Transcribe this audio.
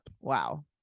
wow